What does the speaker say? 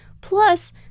plus